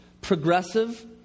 progressive